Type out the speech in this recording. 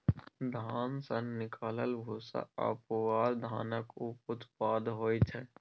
धान सँ निकलल भूस्सा आ पुआर धानक उप उत्पाद होइ छै